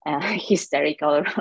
Hysterical